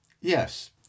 Yes